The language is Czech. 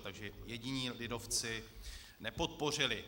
Takže jediní lidovci nepodpořili.